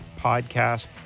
podcast